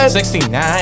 69